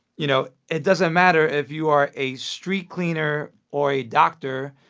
you know, it doesn't matter if you are a street cleaner or a doctor,